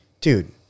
dude